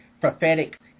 prophetic